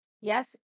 Yes